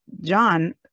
John